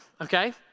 Okay